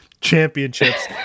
championships